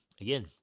again